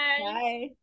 bye